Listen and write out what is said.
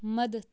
مدد